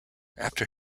after